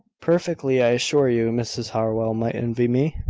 perfectly, i assure you. mrs howell might envy me,